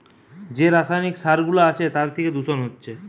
যে রাসায়নিক সার গুলা আছে তার থিকে দূষণ হচ্ছে